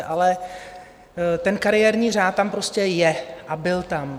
Ale ten kariérní řád tam prostě je a byl tam.